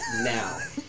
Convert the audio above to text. now